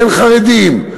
אין חרדים,